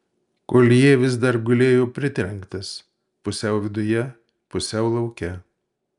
koljė vis dar gulėjo pritrenktas pusiau viduje pusiau lauke